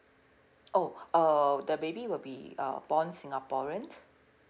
oh uh the baby will be uh born singaporean